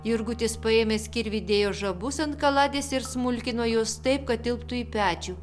jurgutis paėmęs kirvį dėjo žabus ant kaladės ir smulkino juos taip kad tilptų į pečių